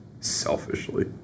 selfishly